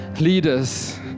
leaders